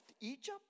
Egypt